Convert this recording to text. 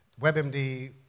WebMD